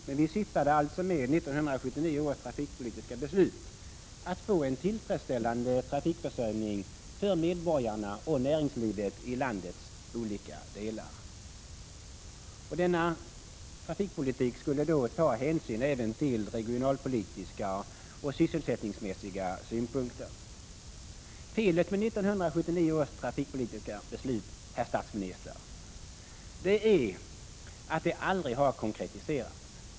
Men vi syftade med 1979 års trafikpolitiska beslut till att få en tillfredsställande trafikförsörjning för medborgarna och näringslivet i hela landet. Trafikpolitiken skulle ta hänsyn även till regionalpolitiska och sysselsättningsmässiga synpunkter. Felet med 1979 års trafikpolitiska beslut, herr statsminister, är att det aldrig har konkretiserats.